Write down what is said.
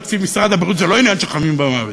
תקציב משרד הבריאות זה לא עניין של חיים ומוות.